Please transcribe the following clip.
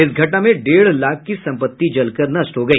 इस घटना में डेढ़ लाख की संपत्ति जलकर नष्ट हो गई